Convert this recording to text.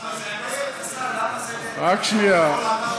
מס הכנסה, לאן זה, רק שנייה.